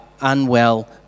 unwell